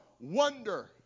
wonder